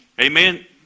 Amen